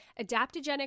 adaptogenic